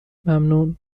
ممنون